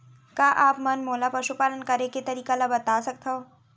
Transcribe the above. का आप मन मोला पशुपालन करे के तरीका ल बता सकथव?